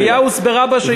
אבל הסוגיה הוסברה בשאילתה.